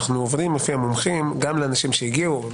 אנחנו עוברים לפי המומחים גם לאנשים שהגיעו,